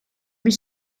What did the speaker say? bir